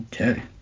Okay